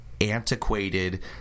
antiquated